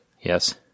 Yes